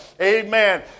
Amen